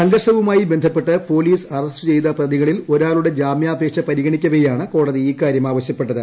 സംഘർഷവുമായി ബന്ധപ്പെട്ട് police arrest ചെയ്ത പ്രതികളിൽ ഒരാളുടെ ജാമ്യാപേക്ഷ പരിഗണിക്കവെയാണ് കോടതി ഇക്കാര്യം ആവശ്യപ്പെട്ടത്